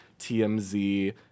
tmz